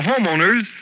homeowners